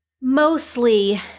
mostly